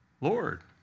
Lord